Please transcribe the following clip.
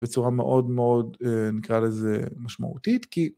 בצורה מאוד מאוד נקרא לזה משמעותית, כי...